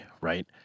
Right